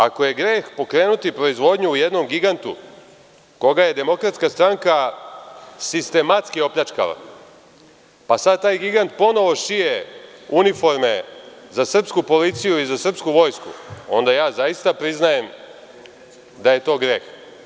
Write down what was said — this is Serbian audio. Ako je greh pokrenuti proizvodnju u jednom gigantu koga je DS sistematski opljačkala, pa sada taj gigant ponovo šije uniforme za srpsku policiju i za srpsku vojsku, onda ja zaista priznajem da je to greh.